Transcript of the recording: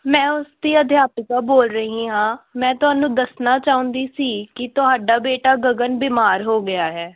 ਮੈਂ ਉਸ ਦੀ ਅਧਿਆਪਕਾ ਬੋਲ ਰਹੀ ਹਾਂ ਮੈਂ ਤੁਹਾਨੂੰ ਦੱਸਣਾ ਚਾਹੁੰਦੀ ਸੀ ਕਿ ਤੁਹਾਡਾ ਬੇਟਾ ਗਗਨ ਬਿਮਾਰ ਹੋ ਗਿਆ ਹੈ